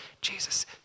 Jesus